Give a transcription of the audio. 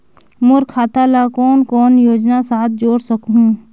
मोर खाता ला कौन कौन योजना साथ जोड़ सकहुं?